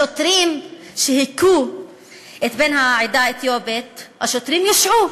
השוטרים שהכו את בן העדה האתיופית, השוטרים הושעו.